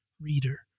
reader